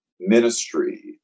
ministry